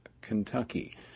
Kentucky